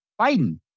Biden